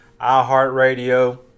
iHeartRadio